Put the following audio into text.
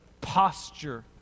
posture